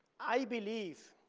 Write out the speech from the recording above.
i believe,